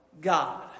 God